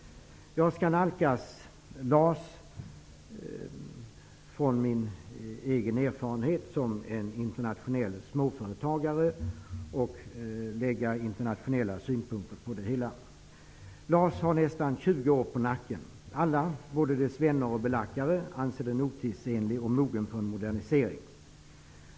Jag skall nalkas LAS utifrån mina egna erfarenheter som internationell småföretagare och anlägga internationella synpunkter på det hela. LAS har nästan 20 år på nacken. Alla, både LAS vänner och belackare, anser denna lag vara otidsenlig och mogen för en modernisering.